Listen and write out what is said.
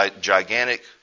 gigantic